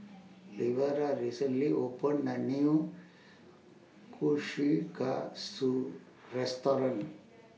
Lavera recently opened A New Kushikatsu Restaurant